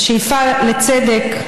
השאיפה לצדק,